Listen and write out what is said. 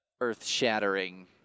earth-shattering